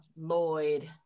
Lloyd